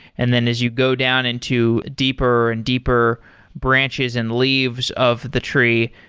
and then as you go down into deeper and deeper branches and leaves of the tree,